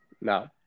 No